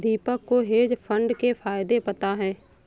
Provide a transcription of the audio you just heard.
दीपक को hedge fund के फायदे पता है